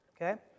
okay